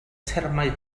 termau